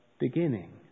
beginning